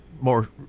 more